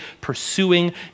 pursuing